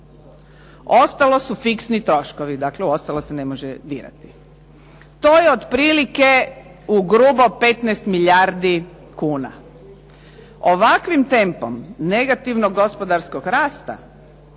Ostalo su fiksni troškovi, dakle u ostalo se ne može dirati. To je otprilike ugrubo 15 milijardi kuna. Ovakvim tempom negativnog gospodarskog rasta,